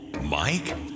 Mike